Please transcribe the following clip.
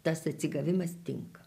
tas atsigavimas tinka